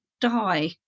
die